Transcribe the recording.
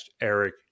Eric